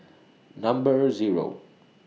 Number Zero